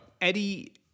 Eddie